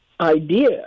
idea